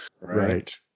right